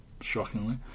shockingly